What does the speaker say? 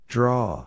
Draw